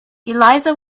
eliza